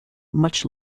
much